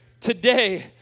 today